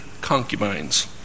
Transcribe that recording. concubines